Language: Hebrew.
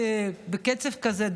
בקצב כזה,